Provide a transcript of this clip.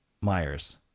myers